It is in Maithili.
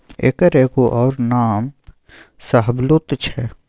एकर एगो अउर नाम शाहबलुत छै